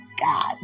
God